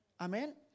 Amen